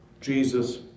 Jesus